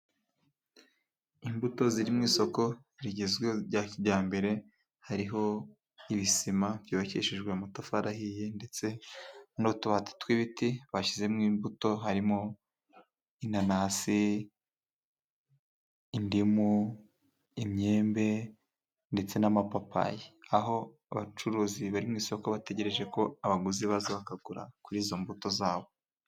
Imbuto ziri mu isoko rigezweho rya kijyambere，hariho ibisima byokeshejwe amatafari ahiye ndetse n'utubati tw'ibiti， bashyizemo imbuto harimo inanasi， indimu，imyembe ndetse n'amapapayi， aho abacuruzi bari mu isoko bategereje ko abaguzi baza kugura kuri izo mbuto zabo.